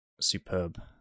superb